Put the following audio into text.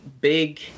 big